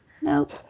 Nope